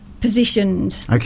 positioned